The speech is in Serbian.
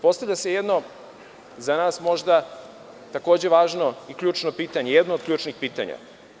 Postavlja se jedno, za nas takođe važno i ključno pitanje, jedno od ključnih pitanja.